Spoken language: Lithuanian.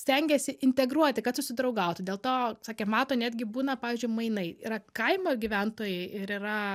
stengėsi integruoti kad susidraugautų dėl to sakė mato netgi būna pavyzdžiui mainai yra kaimo gyventojai ir yra